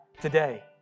today